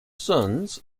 sons